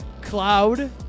Cloud